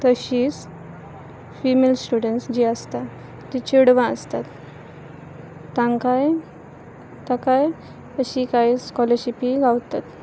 तशींच female students जी आसता तीं चेडवां आसतात तांकांय ताकाय अशी कांय स्कॉलरशिपी गावतात